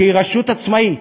שהיא רשות עצמאית,